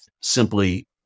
simply